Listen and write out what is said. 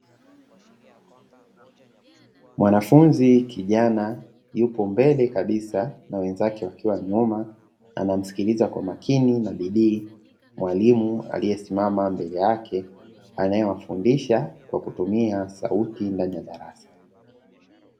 Mwanafunzi kijana yupo mbele kabisa na wenzake wakiwa nyuma anamsikiliza kwa makini na bidii mwalimu aliyesimama mbele yake, anayewafundisha kwa kutumia sauti ndani ya darasa.